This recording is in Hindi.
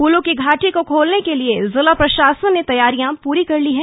फूलों की घाटी को खोलने के लिए जिला प्रशासन ने तैयारियां पूरी कर ली है